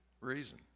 reason